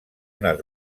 unes